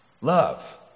love